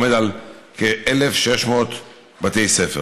עומד על כ-1,600 בתי ספר.